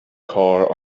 car